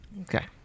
Okay